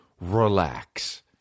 Relax